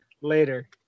later